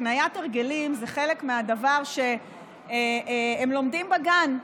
הקניית הרגלים זה חלק מהדבר שהם לומדים בגן.